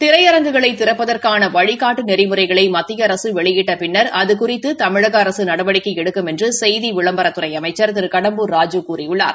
திரையரங்குகளை திறப்பதற்கான வழிகாட்டு நெறிமுறைகளை மத்திய அரசு வெளியிட்ட பின்னர் அது குறித்து தமிழக அரசு நடவடிக்கை எடுக்கும் என்று செய்தி விளம்பரத்துறை அமைச்ச் திரு கடம்பூர் ராஜூ கூறியுள்ளார்